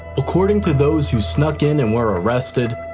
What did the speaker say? according to those who snuck in and were arrested,